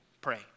pray